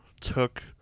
took